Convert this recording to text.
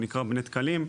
הוא נקרא בני דקלים.